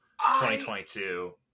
2022